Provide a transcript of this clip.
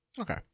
Okay